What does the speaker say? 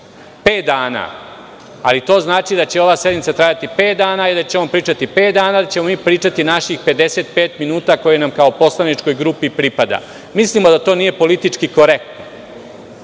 pet dana, ali to znači da će ova sednica trajati pet dana i da će on pričati pet dana, a da ćemo mi pričati naših 55 minuta, koje nam kao poslaničkoj grupi pripada. Mislimo da to nije politički korektno.